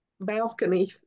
balcony